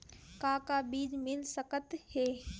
का का बीज मिल सकत हे?